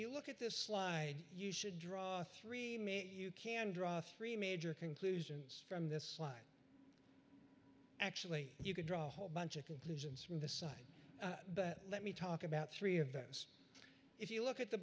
you look at this slide you should draw three me you can draw three major conclusions from this line actually you could draw a whole bunch of conclusions from the side that let me talk about three of those if you look at the